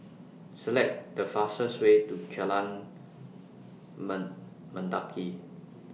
Select The fastest Way to Jalan Mend Mendaki